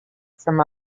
from